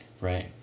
Right